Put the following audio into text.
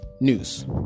news